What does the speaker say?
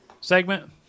segment